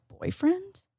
boyfriend